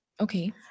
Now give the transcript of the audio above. Okay